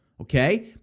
okay